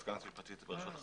זה סיפור בפני עצמו.